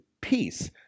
peace